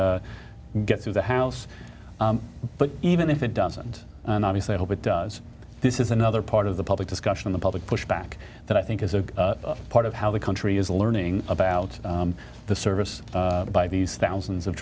to get through the house but even if it doesn't and obviously i hope it does this is another part of the public discussion in the public pushback that i think is a part of how the country is learning about the service by these thousands of